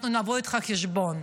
אנחנו נבוא איתך חשבון.